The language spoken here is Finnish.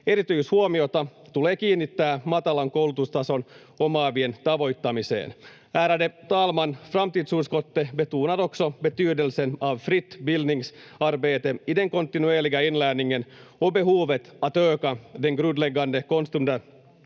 Erityishuomiota tulee kiinnittää matalan koulutustason omaavien tavoittamiseen. Ärade talman! Framtidsutskottet betonar också betydelsen av fritt bildningsarbete i den kontinuerliga inlärningen och behovet att öka den grundläggande